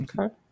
Okay